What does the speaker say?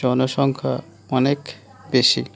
জনসংখ্যা অনেক বেশি